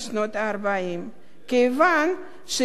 כיוון שניסיון זה נכשל,